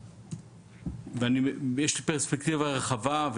יש לי פרספקטיבה רחבה,